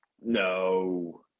No